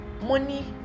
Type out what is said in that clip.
Money